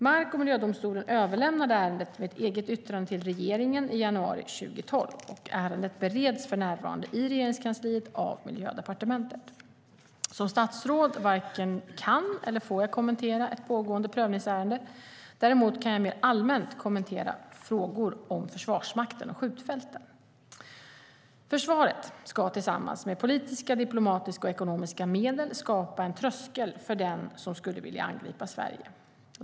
Mark och miljödomstolen överlämnade ärendet med eget yttrande till regeringen i januari 2012. Ärendet bereds för närvarande i Regeringskansliet av Miljödepartementet. Som statsråd varken kan eller får jag kommentera ett pågående prövningsärende. Däremot kan jag mer allmänt kommentera frågor om Försvarsmakten och skjutfälten. Försvaret ska tillsammans med politiska, diplomatiska och ekonomiska medel skapa en tröskel för den som skulle vilja angripa Sverige.